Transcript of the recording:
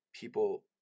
people